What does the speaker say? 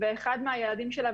ואחד היעדים שלה,